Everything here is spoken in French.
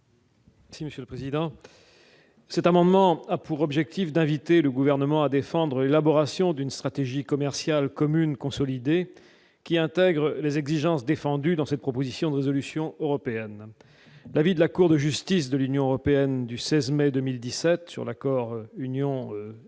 Monsieur le Président. Cet amendement a pour objectif d'inviter le gouvernement à défendre, élaboration d'une stratégie commerciale commune consolidée qui intègre les exigences défendu dans cette proposition de résolution européenne l'avis de la Cour de justice de l'Union européenne du 16 mai 2017 sur l'accord, Union